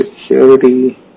security